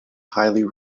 highly